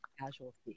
casualty